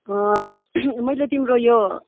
मैले तिम्रो यो